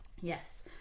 Yes